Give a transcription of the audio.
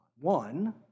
One